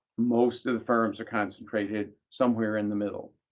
most of the firms are concentrated somewhere in the middle.